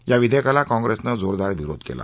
या विधेयकाला काँग्रेसनं जोरदार विरोध केला